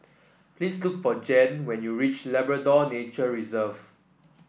please look for Jann when you reach Labrador Nature Reserve